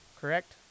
Correct